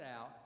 out